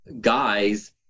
guys